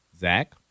Zach